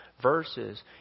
Verses